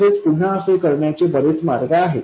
तसेच पुन्हा असे करण्याचे बरेच मार्ग आहेत